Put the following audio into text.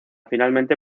finalmente